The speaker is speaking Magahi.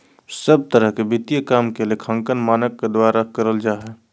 सब तरह के वित्तीय काम के लेखांकन मानक के द्वारा करल जा हय